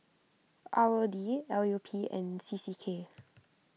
R O D L U P and C C K